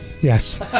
Yes